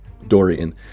Dorian